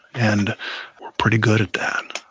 and we're pretty good at that.